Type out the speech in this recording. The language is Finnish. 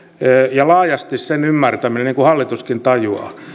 ja laajasti sen ymmärtäminen niin kuin hallituskin tajuaa